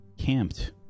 camped